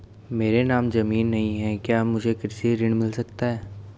मेरे नाम ज़मीन नहीं है क्या मुझे कृषि ऋण मिल सकता है?